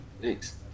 Thanks